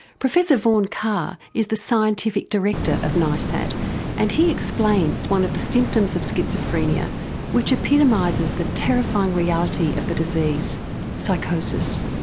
professor vaughan carr is the scientific director of ah nisad and he explains one of the symptoms of schizophrenia which epitomises the terrifying reality of the disease psychosis.